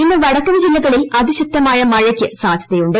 ഇന്ന് വടക്കൻ ജില്ലകളിൽ അതിശക്തമായ മഴയ്ക്ക് സാധ്യതയുണ്ട്